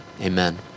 Amen